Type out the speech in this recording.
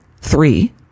Three